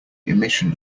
emission